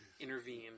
intervene